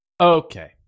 okay